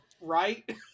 Right